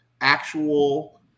actual